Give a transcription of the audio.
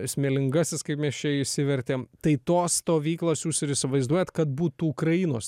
smėlingasis kaip mes čia išsivertėm tai tos stovyklos jūs ir įsivaizduojat kad būtų ukrainos